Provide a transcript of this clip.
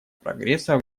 прогресса